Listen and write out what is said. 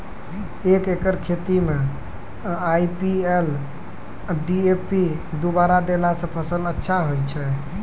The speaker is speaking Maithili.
एक एकरऽ खेती मे आई.पी.एल डी.ए.पी दु बोरा देला से फ़सल अच्छा होय छै?